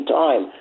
time